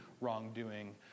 wrongdoing